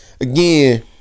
again